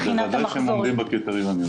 בוודאי שהם עובדים בקריטריונים.